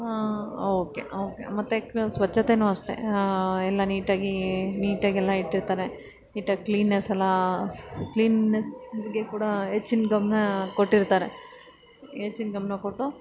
okay okay ಮತ್ತೆ ಸ್ವಚ್ಛತೆಯೂ ಅಷ್ಟೆ ಎಲ್ಲ ನೀಟಾಗಿ ನೀಟಾಗಿ ಎಲ್ಲ ಇಟ್ಟಿರ್ತಾರೆ ನೀಟಾಗಿ ಕ್ಲೀನೆಸ್ಸೆಲ್ಲ ಕ್ಲೀನ್ನೆಸ್ ಬಗ್ಗೆ ಕೂಡ ಹೆಚ್ಚಿನ ಗಮನ ಕೊಟ್ಟಿರ್ತಾರೆ ಹೆಚ್ಚಿನ ಗಮನ ಕೊಟ್ಟು